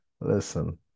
Listen